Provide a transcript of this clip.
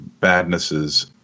badnesses